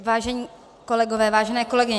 Vážení kolegové, vážené kolegyně.